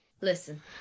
Listen